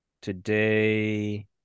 Today